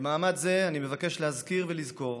במעמד זה אני מבקש להזכיר ולזכור